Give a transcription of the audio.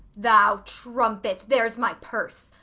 thou, trumpet, there's my purse.